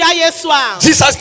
jesus